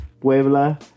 Puebla